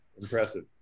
Impressive